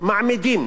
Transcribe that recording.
מעמידים